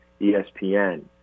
ESPN